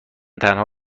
تنها